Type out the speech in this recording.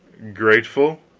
grateful?